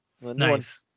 Nice